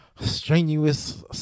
strenuous